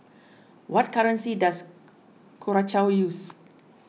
what currency does Curacao use